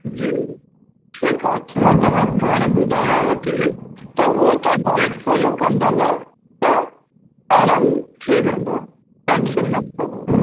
जी ठीकु आहे मां तव्हां खे हाणे ॿुधायांव थी त हो तव्हां डाइट फॉलो कंदव त आराम थी वेंदो टेंशन न कयो